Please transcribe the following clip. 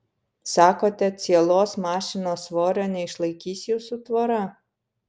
sakote cielos mašinos svorio neišlaikys jūsų tvora